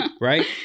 Right